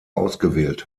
ausgewählt